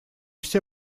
все